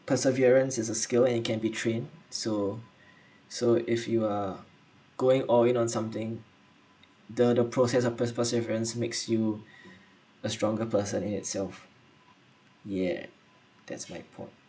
perseverance is a skill and it can be trained so so if you are going oiling on something the the process of per~ perseverance makes you a stronger person in itself yeah that's my point